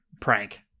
prank